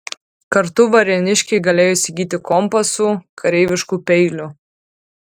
kartu varėniškiai galėjo įsigyti kompasų kareiviškų peilių